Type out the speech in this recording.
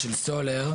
הסולר.